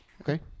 Okay